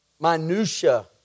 minutia